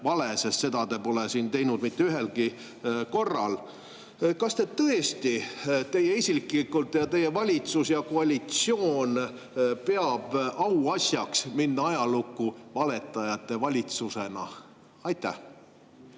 sest seda pole te teinud mitte ühelgi korral. Kas te tõesti – teie isiklikult, teie valitsus ja koalitsioon – peate auasjaks minna ajalukku valetajate valitsusena? Aitäh!